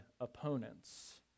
opponents